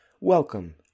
Welcome